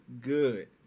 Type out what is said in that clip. good